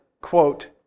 quote